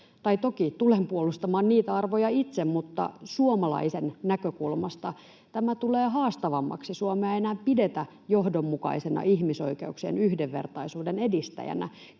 Tai toki tulen puolustamaan niitä arvoja itse, mutta suomalaisen näkökulmasta tämä tulee haastavammaksi. Suomea ei enää pidetä johdonmukaisena ihmisoikeuksien ja yhdenvertaisuuden edistäjänä.